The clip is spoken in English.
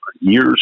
years